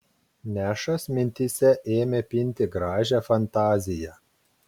nešas mintyse ėmė pinti gražią fantaziją